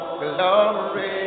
glory